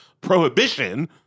prohibition